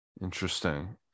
Interesting